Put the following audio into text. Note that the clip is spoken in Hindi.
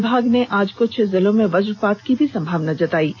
विभाग ने आज कृछ जिलों में वजपात की संभावना भी जताई है